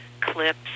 clips